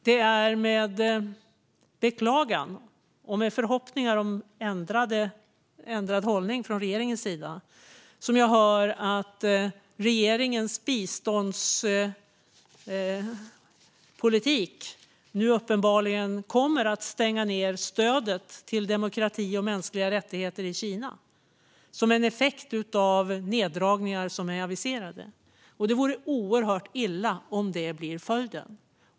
Det är med beklagande och förhoppningar om en ändrad hållning från regeringens sida som jag hör att regeringens biståndspolitik nu uppenbarligen kommer att stänga ned stödet till demokrati och mänskliga rättigheter i Kina som en effekt av de neddragningar som är aviserade. Det vore oerhört illa om det blir följden.